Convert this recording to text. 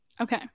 Okay